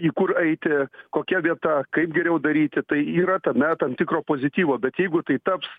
į kur eiti kokia vieta kaip geriau daryti tai yra tame tam tikro pozityvo bet jeigu tai taps